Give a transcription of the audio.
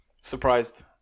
Surprised